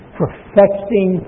perfecting